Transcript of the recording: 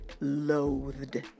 loathed